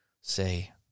say